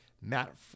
Matt